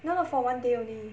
no no for one day only